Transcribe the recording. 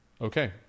Okay